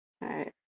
Right